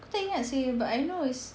tak ingat seh but I know it's